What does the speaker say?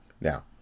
Now